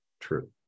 true